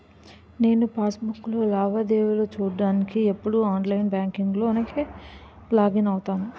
నేను పాస్ బుక్కులో లావాదేవీలు చూడ్డానికి ఎప్పుడూ ఆన్లైన్ బాంకింక్ లోకే లాగిన్ అవుతాను